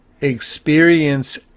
experience